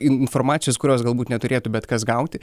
informacijos kurios galbūt neturėtų bet kas gauti